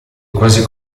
quasi